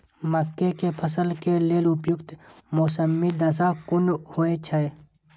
मके के फसल के लेल उपयुक्त मौसमी दशा कुन होए छै?